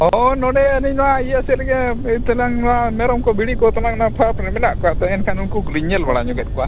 ᱦᱳᱭ ᱱᱚᱰᱮ ᱟᱹᱞᱤᱧ ᱱᱚᱣᱟ ᱤᱭᱟᱹ ᱥᱮᱫ ᱨᱮᱜᱮ ᱛᱮᱞᱟᱝ ᱢᱟ ᱢᱮᱨᱚᱢ ᱠᱚ ᱵᱷᱤᱲᱤ ᱠᱚ ᱛᱮ ᱦᱟᱜ ᱢᱮᱱᱟᱜ ᱠᱚᱣᱟ ᱛᱚ ᱮᱱᱠᱷᱟᱱ ᱩᱱᱠᱩ ᱜᱮᱞᱤᱧ ᱧᱮᱞ ᱵᱟᱲᱟ ᱧᱚᱜᱮᱜ ᱠᱚᱣᱟ